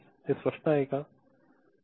हे स्पष्ट आहे का